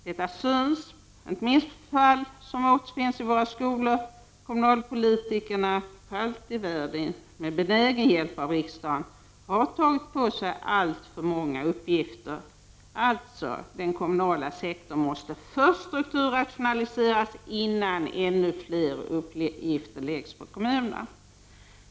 Detta syns inte minst på det förfall som återfinns i våra skolor. Kommunalpolitikerna — för allt i världen med benägen hjälp av riksdagen — har tagit på sig alltför många uppgifter. Den kommunala sektorn måste alltså först strukturrationaliseras innan ännu fler uppgifter läggs på kommunerna.